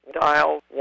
Dial